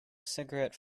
cigarette